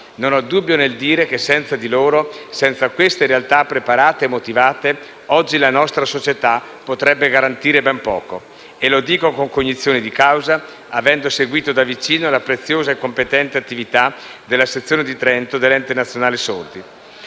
Non ho dubbio nel dire che senza di loro, senza queste realtà preparate e motivate, oggi la nostra società potrebbe garantire ben poco. Dico questo con cognizione di causa, avendo seguito da vicino la preziosa e competente attività della sezione di Trento dell'Ente nazionale sordi.